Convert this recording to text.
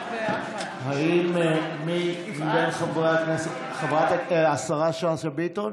בעד, חברת הכנסת סטרוק,